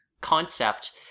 concept